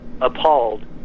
appalled